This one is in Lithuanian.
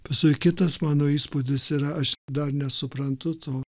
paskui kitas mano įspūdis ir aš dar nesuprantu to